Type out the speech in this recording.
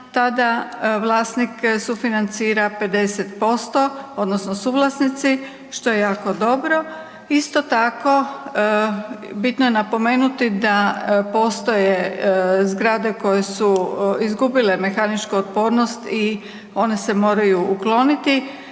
tada vlasnik sufinancira 50%, odnosno suvlasnici, što je jako dobro. Isto tako, bitno je napomenuti da postoje zgrade koje su izgubile mehaničku otpornost i one se moraju ukloniti